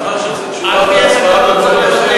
מאחר שתשובה והצבעה במועד אחר,